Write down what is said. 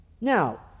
Now